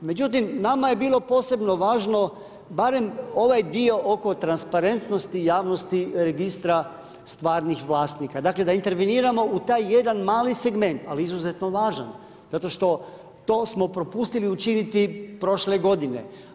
Međutim nama je bilo posebno važno, barem ovaj dio oko transparentnosti javnosti Registra stvarnih vlasnika, dakle da interveniramo u taj jedan mali segment, ali izuzetno važan, zato što to smo propustili učiniti prošle godine.